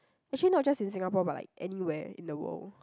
actually not just in Singapore but like anywhere in the world